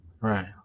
Right